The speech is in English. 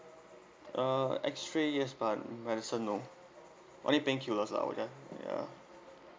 uh X-rays yes but medicine no only pain killer lah I were just ya